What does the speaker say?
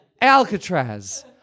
Alcatraz